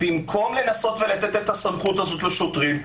במקום לנסות ולתת את הסמכות הזאת לשוטרים,